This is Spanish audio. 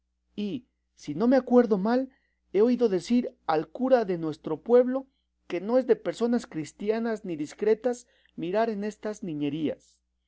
y si no me acuerdo mal he oído decir al cura de nuestro pueblo que no es de personas cristianas ni discretas mirar en estas niñerías